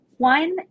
One